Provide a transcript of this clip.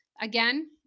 Again